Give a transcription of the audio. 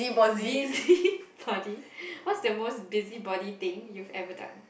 busybody what's the most busybody thing you've ever done